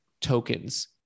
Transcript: tokens